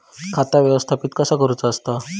खाता व्यवस्थापित कसा करुचा असता?